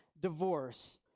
divorce